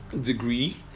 degree